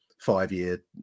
five-year